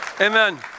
Amen